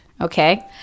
Okay